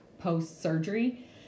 post-surgery